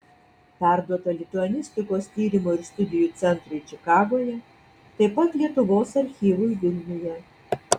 perduota lituanistikos tyrimo ir studijų centrui čikagoje taip pat lietuvos archyvui vilniuje